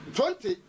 Twenty